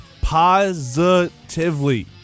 positively